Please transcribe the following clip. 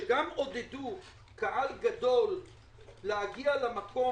שגם עודדו קהל גדול להגיע למקום,